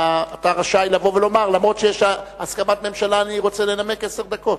אתה רשאי לבוא ולומר: למרות שיש הסכמת ממשלה אני רוצה לנמק עשר דקות.